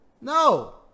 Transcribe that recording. no